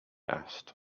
asked